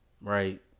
right